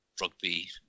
rugby